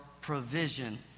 provision